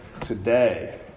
today